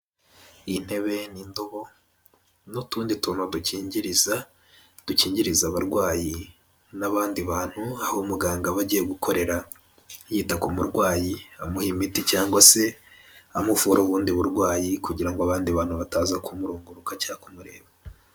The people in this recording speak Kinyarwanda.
Intebe n'indobo n'utundi tuntu dukingiriza abarwayi n'abandi bantu, aho muganga aba agiye gukorera yita ku murwayi, amuha imiti cyangwa se amuvura ubundi burwayi kugira ngo abandi bantu bataza kumurunguruka cyangwa kumureba.